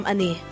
Ani